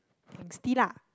angsty lah